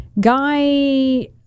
guy